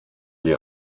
die